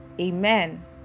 amen